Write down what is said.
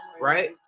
right